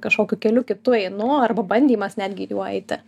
kažkokiu keliu kitu einu arba bandymas netgi juo eiti